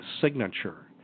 signature